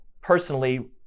personally